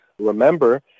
remember